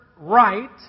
right